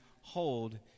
hold